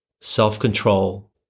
self-control